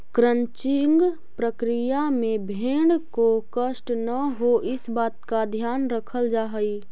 crutching प्रक्रिया में भेंड़ को कष्ट न हो, इस बात का ध्यान रखल जा हई